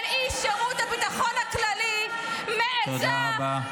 איש שירות הביטחון הכללי -- תודה רבה.